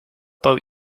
boat